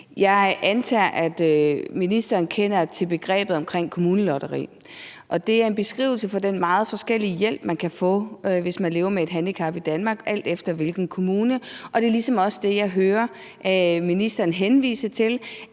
Jeg antager, at ministeren kender til begrebet kommunelotteri, og det er en beskrivelse af den meget forskellige hjælp, man kan få, hvis man lever med et handicap i Danmark, alt efter i hvilken kommune det er. Og det er ligesom også det, jeg hører ministeren henvise til,